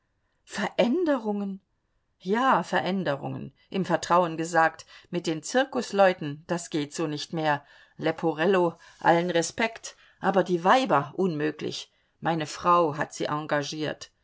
veränderungen ja veränderungen im vertrauen gesagt mit den zirkusleuten das geht so nicht mehr leporello allen respekt aber die weiber unmöglich meine frau hat sie engagiert